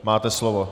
Máte slovo.